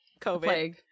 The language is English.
COVID